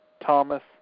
Thomas